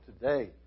today